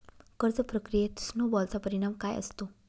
कर्ज प्रक्रियेत स्नो बॉलचा परिणाम काय असतो?